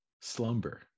Slumber